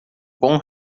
bom